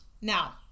Now